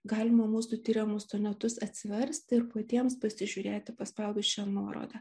galima mūsų tiriamus sonetus atsiversti ir patiems pasižiūrėti paspaudus šią nuorodą